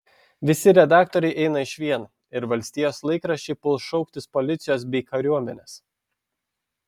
visi redaktoriai eina išvien ir valstijos laikraščiai puls šauktis policijos bei kariuomenės